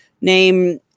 name